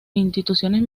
instituciones